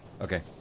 okay